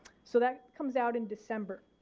so that comes out in december.